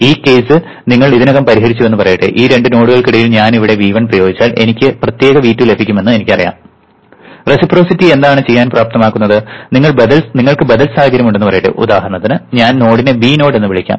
ഈ കേസ് നിങ്ങൾ ഇതിനകം പരിഹരിച്ചുവെന്ന് പറയട്ടെ ഈ രണ്ട് നോഡുകൾക്കിടയിൽ ഞാൻ ഇവിടെ V1 പ്രയോഗിച്ചാൽ എനിക്ക് പ്രത്യേക V2 ലഭിക്കുമെന്ന് എനിക്കറിയാം റെസിപ്രൊസിറ്റി എന്താണ് ചെയ്യാൻ പ്രാപ്തമാക്കുന്നത് നിങ്ങൾക്ക് ബദൽ സാഹചര്യമുണ്ടെന്ന് പറയട്ടെ ഉദാഹരണത്തിന് ഞാൻ നോഡിനെ b നോഡ് എന്ന് വിളിക്കാം